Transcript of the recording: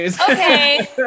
Okay